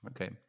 Okay